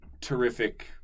terrific